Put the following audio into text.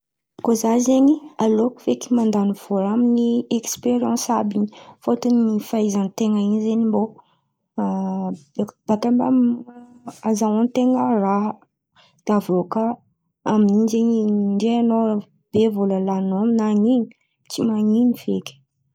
Koa za zen̈y, aleoko feky mandan̈y vola amin'ny eksperiansy àby in̈y. Fôtony fahaizan-ten̈a in̈y zen̈y mbô boaka mba ahazoan-ten̈a raha. De aviô kà ndray be vola lanin̈ao aminan̈y in̈y tsy man̈ino feky.